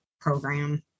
program